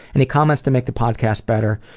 any comments to make the podcast better?